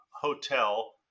hotel